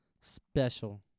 Special